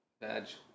badge